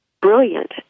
brilliant